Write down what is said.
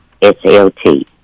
SLT